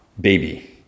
baby